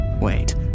Wait